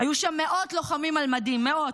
היו שם מאות לוחמים על מדים, מאות,